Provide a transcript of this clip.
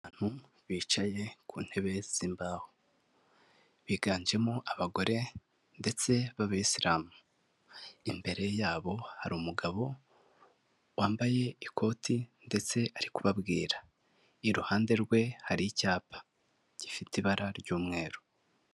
Abantu bicaye ku ntebe z'imbaho biganjemo abagore ndetse b'abayisilamu, imbere yabo hari umugabo wambaye ikoti ndetse ari kubabwira, iruhande rwe hari icyapa gifite ibara ry'umweru.